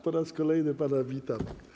Po raz kolejny pana witam.